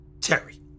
Terry